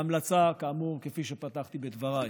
זו ההמלצה כאמור, כפי שפתחתי בדבריי.